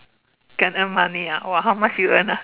can earn money ah !wah! how much you earn ah